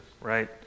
right